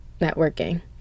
networking